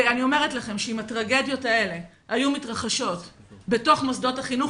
ואני אומרת לכם שאם הטרגדיות האלה היו מתרחשות בתוך מוסדות החינוך,